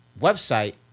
website